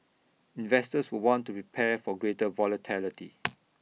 investors will want to prepare for greater volatility